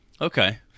Okay